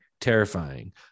terrifying